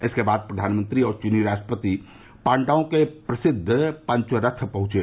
इसके बाद प्रधानमंत्री और चीनी राष्ट्रपति पांडवों के प्रसिद्व पंच रथ पहुंचे